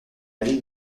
ville